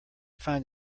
find